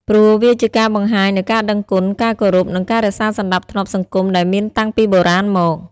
ព្រោះវាជាការបង្ហាញនូវការដឹងគុណ ការគោរព និងការរក្សាសណ្តាប់ធ្នាប់សង្គមដែលមានតាំងពីបុរាណមក។